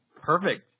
Perfect